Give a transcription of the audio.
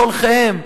בשולחיהם,